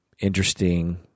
interesting